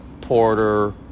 Porter